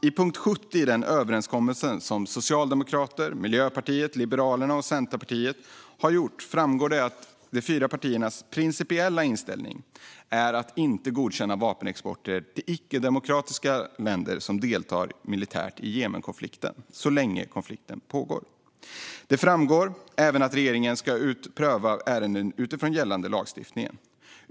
I punkt 70 i den överenskommelse som Socialdemokraterna, Miljöpartiet, Liberalerna och Centerpartiet har ingått framgår att de fyra partiernas principiella inställning är att inte godkänna vapenexportaffärer till icke-demokratiska länder som deltar militärt i Jemenkonflikten så länge konflikten pågår. Det framgår även att regeringen ska pröva ärenden utifrån gällande lagstiftning.